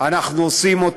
אנחנו עושים.